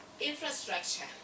infrastructure